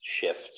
shift